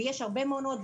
ויש הרבה מעונות,